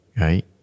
right